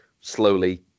slowly